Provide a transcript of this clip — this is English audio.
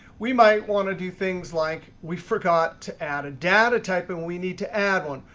we might want to do things like we forgot to add a data type, and we need to add one.